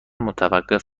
متوقف